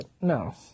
No